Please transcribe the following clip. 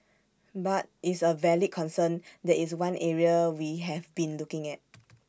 but is A valid concern that is one area we have been looking at